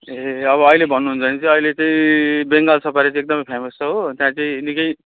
ए अब अहिले भन्नु हुन्छ भने चाहिँ अहिले चाहिँ बेङ्गल सफारी चाहिँ एकदमै फेमस छ हो त्यहाँ चाहिँ निकै